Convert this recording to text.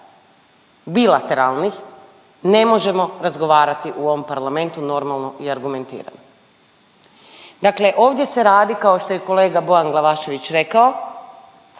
bilateralnih, ne možemo razgovarati u ovom parlamentu normalno i argumentirano. Dakle ovdje se radi, kao što je i kolega Bojan Glavašević rekao